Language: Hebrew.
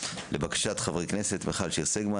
לבקשת חברי הכנסת מיכל שיר סגמן,